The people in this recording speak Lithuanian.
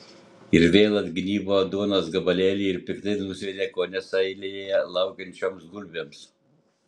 ji vėl atgnybo duonos gabalėlį ir piktai nusviedė kone eilėje laukiančioms gulbėms